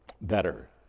better